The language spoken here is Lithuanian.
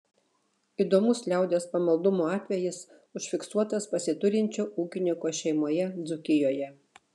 įdomus liaudies pamaldumo atvejis užfiksuotas pasiturinčio ūkininko šeimoje dzūkijoje